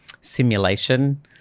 simulation